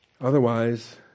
Otherwise